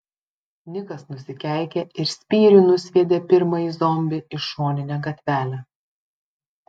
nikas nusikeikė ir spyriu nusviedė pirmąjį zombį į šoninę gatvelę